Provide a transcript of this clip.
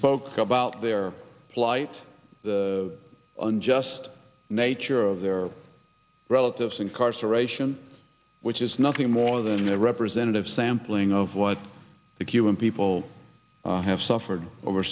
spoke about their plight the unjust nature of their relatives incarceration which is nothing more than a representative sampling of what the cuban people have suffered over